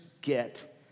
get